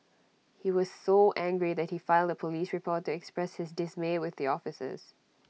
he was so angry that he filed A Police report to express his dismay with the officers